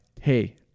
Hey